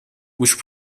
which